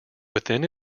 within